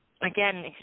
again